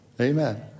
Amen